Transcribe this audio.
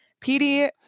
pd